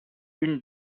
une